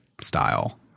style